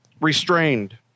restrained